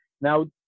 Now